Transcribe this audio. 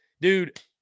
dude